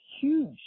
huge